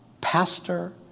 pastor